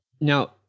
Now